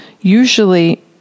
Usually